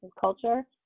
culture